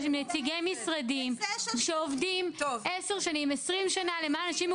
נציגי משרדים שעובדים 10-20 שנים לנען אנשים עם